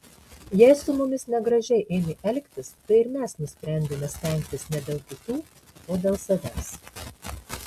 jei su mumis negražiai ėmė elgtis tai ir mes nusprendėme stengtis ne dėl kitų o dėl savęs